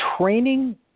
training